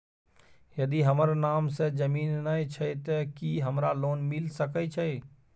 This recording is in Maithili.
यदि हमर नाम से ज़मीन नय छै ते की हमरा लोन मिल सके छै?